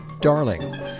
Darling